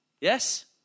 Yes